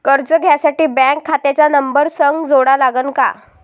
कर्ज घ्यासाठी बँक खात्याचा नंबर संग जोडा लागन का?